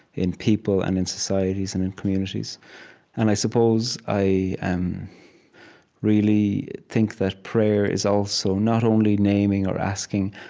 in people and in societies and in communities and i suppose i really um really think that prayer is also not only naming or asking,